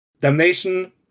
Damnation